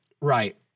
Right